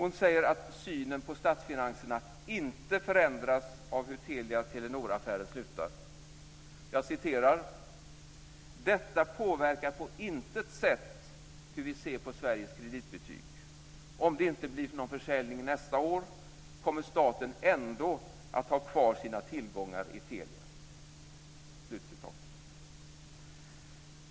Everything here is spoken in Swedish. Hon säger att synen på statsfinanserna inte förändras av hur Telia-Telenor-affären slutar. Hon säger: Detta påverkar på intet sätt hur vi ser på Sveriges kreditbetyg.